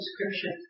description